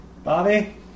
Bobby